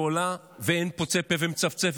שעולה ואין פוצה פה ומצפצף,